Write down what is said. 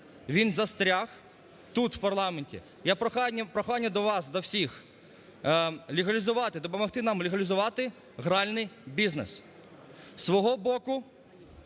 він застряг тут, в парламенті. Є прохання до вас, до всіх легалізувати, допомогти нам легалізувати гральний бізнес.